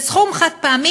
זה סכום חד-פעמי,